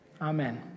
Amen